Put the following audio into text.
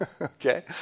okay